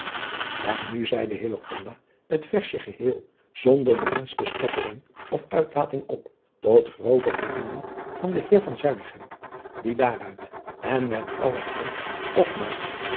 n nu zeide het versje geheel zonder de minste stottering of uitlating op tot groote voldoening van den eer die daaruit en met allen grond opmaakte